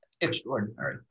extraordinary